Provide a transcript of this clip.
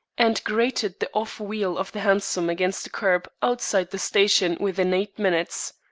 and grated the off-wheel of the hansom against the kerb outside the station within eight minutes.